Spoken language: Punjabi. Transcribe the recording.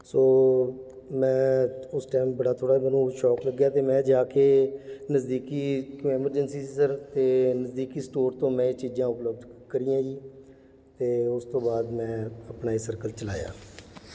ਸੋ ਮੈਂ ਉਸ ਟਾਈਮ ਬੜਾ ਥੋੜ੍ਹਾ ਮੈਨੂੰ ਸ਼ੌਕ ਲੱਗਿਆ ਅਤੇ ਮੈਂ ਜਾ ਕੇ ਨਜ਼ਦੀਕੀ ਕੋਈ ਐਮਰਜੈਂਸੀ ਸੀ ਸਰ ਅਤੇ ਨਜ਼ਦੀਕੀ ਸਟੋਰ ਤੋਂ ਮੈਂ ਇਹ ਚੀਜ਼ਾਂ ਉਪਲਬਧ ਕਰੀਆ ਜੀ ਅਤੇ ਉਸ ਤੋਂ ਬਾਅਦ ਮੈਂ ਆਪਣਾ ਇਹ ਸਰਕਲ ਚਲਾਇਆ